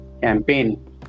campaign